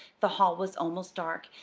the hall was almost dark,